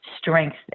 strength